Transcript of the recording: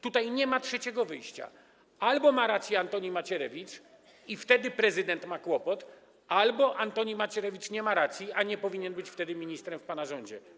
Tutaj nie ma trzeciego wyjścia: albo ma rację Antoni Macierewicz i wtedy prezydent ma kłopot, albo Antoni Macierewicz nie ma racji, ale wtedy nie powinien być ministrem w pana rządzie.